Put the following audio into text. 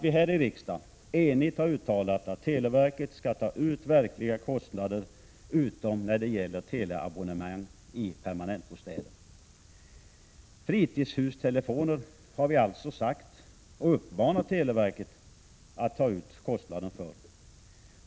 Vi här i riksdagen har enigt uttalat att televerket skall ta ut verkliga kostnader, utom när det gäller teleabonnemang i permanentbostäder. Fritidshustelefoner har vi alltså uppmanat televerket att ta ut kostnaden för.